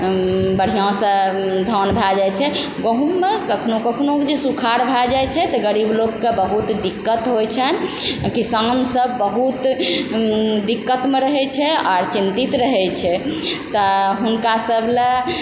बढ़िआँसँ धान भए जाइ छै गहूममे कखनो कखनोके जे सुखाड़ भए जाइ छै तऽ गरीब लोकके बहुत दिक्कत होइ छन्हि किसान सब बहुत दिक्कतमे रहय छै आओर चिन्तित रहय छै तऽ हुनका सब लए